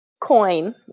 coin